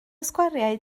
sgwariau